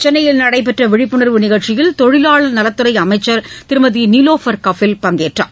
சென்னையில் நடைபெற்ற விழிப்புணர்வு நிகழ்ச்சியில் தொழிவாளர் நலத்துறை அமைச்சர் திருமதி நிலோஃபர் கபில் பங்கேற்றார்